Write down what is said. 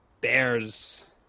bears